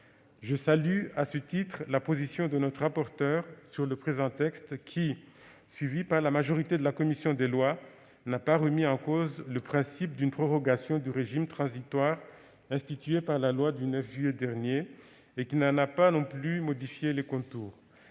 Je salue, à ce titre, la position sur le présent texte de notre rapporteur, qui, suivi par la majorité de la commission des lois, n'a pas remis en cause le principe d'une prorogation du régime transitoire, instituée par la loi du 9 juillet dernier, et qui n'en a pas non plus modifié les contours.